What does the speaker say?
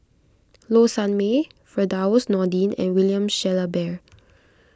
Low Sanmay Firdaus Nordin and William Shellabear